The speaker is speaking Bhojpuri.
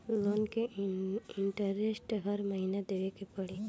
लोन के इन्टरेस्ट हर महीना देवे के पड़ी?